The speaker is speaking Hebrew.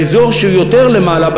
באזור יותר למעלה,